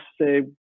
say